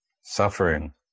suffering